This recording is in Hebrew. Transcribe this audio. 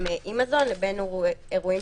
" אחרי פסקה (18) יבוא: "(18א)